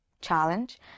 challenge